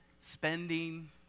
spending